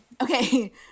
Okay